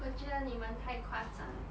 我觉得你们太夸张